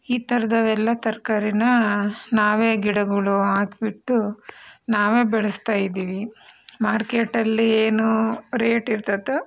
ಈ ಥರದವೆಲ್ಲ ತರಕಾರಿನ ನಾವೇ ಗಿಡಗಳು ಹಾಕ್ಬಿಟ್ಟು ನಾವೇ ಬೆಳೆಸ್ತಾಯಿದ್ದೀವಿ ಮಾರ್ಕೆಟಲ್ಲಿ ಏನೂ ರೇಟ್ ಇರ್ತಾಯಿತ್ತು